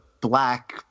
black